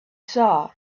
saw